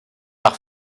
par